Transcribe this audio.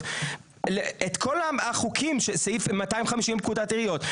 בכל החוקים סעיף 250 לפקודת העיריות,